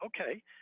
okay